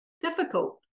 difficult